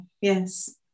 yes